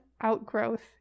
outgrowth